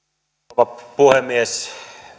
rouva puhemies